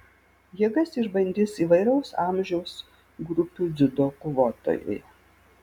jėgas išbandys įvairaus amžiaus grupių dziudo kovotojai